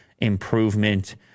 improvement